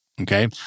okay